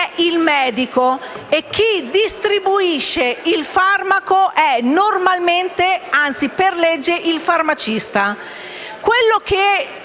un farmaco è il medico e chi distribuisce il farmaco è normalmente, anzi per legge, il farmacista.